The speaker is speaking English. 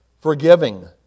forgiving